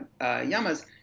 yamas